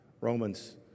Romans